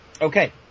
okay